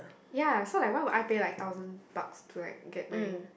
ya so like why would I pay thousand dogs to get marry